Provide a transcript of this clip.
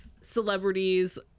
celebrities